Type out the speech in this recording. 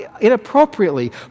inappropriately